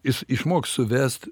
jis išmoks suvest